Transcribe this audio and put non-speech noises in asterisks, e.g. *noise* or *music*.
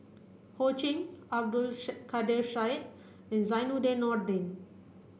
Ho Ching Abdul *unintelligible* Kadir Syed and Zainudin Nordin